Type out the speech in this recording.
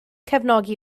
cefnogi